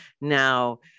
Now